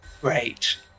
Great